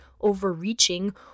overreaching